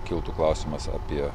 kiltų klausimas apie